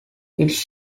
its